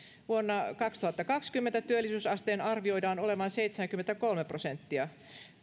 vuonna kaksituhattakaksikymmentä työllisyysasteen arvioidaan olevan seitsemänkymmentäkolme prosenttia